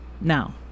Now